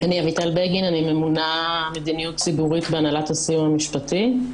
בגין, ממונה מדיניות ציבורית בהנהלת הסיוע המשפטי.